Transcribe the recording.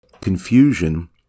confusion